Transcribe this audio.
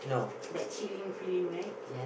that chilling feeling right